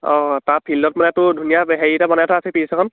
অঁ তাৰ ফিল্ডত মানে তোৰ ধুনীয়া হেৰি এটা বনাই থোৱা আছে পিছ এখন